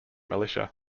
militia